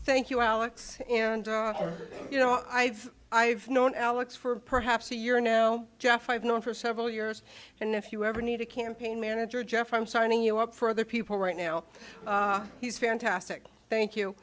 thank you alex and you know i've i've known alex for perhaps a year now jeff i've known for several years and if you ever need a campaign manager jeff i'm signing you up for the people right now he's fantastic thank you